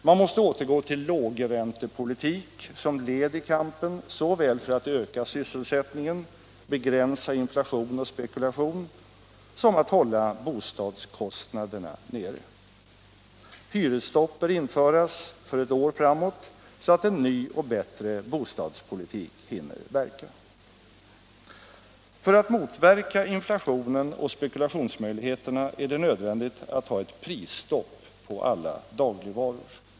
Man måste återgå till lågräntepolitik som led i kampen att öka sysselsättningen, begränsa inflation och spekulation samt hålla bostadskostnaderna nere. Hyresstopp bör införas för ett år framåt, så att en ny och bättre bostadspolitik hinner börja verka. För att motverka inflationen och spekulationsmöjligheterna är det nödvändigt att ha ett prisstopp på alla dagligvaror.